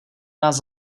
nás